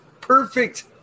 perfect